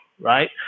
right